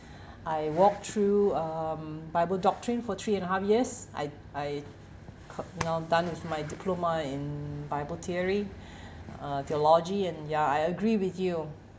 I walk through um bible doctrine for three and a half years I I you know done with my diploma in bible theory uh theology and ya I agree with you